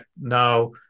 now